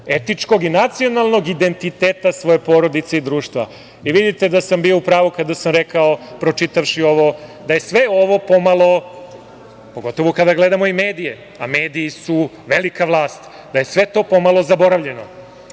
etičkog i nacionalnog identiteta svoje porodice i društva. Vidite da sam bio u pravu kada sam rekao pročitavši ovo, da je sve ovo po malo, pogotovo kada gledamo i medije, a mediji su velika vlast, da je sve to po malo zaboravljeno. Da